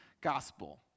gospel